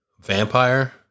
Vampire